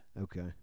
Okay